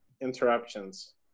interruptions